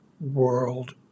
world